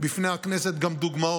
אני אביא בפני הכנסת גם דוגמאות